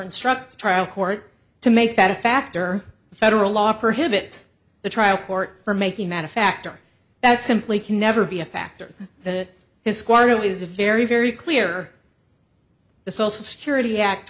instruct the trial court to make that a factor the federal law prohibits the trial court for making that a factor that simply can never be a factor that has squire who is a very very clear the social security act